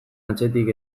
atzetik